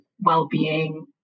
well-being